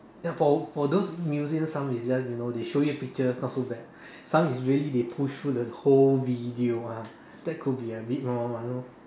ya for for those museums some museums you know they show you pictures not so bad some is really they push through the whole video ah that could be a bit more you know